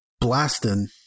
Blasting